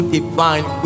divine